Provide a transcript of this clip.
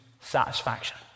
satisfaction